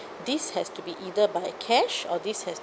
this has to be either by cash or this has